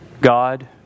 God